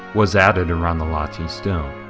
was added around the latte stone.